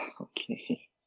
Okay